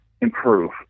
improve